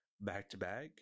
back-to-back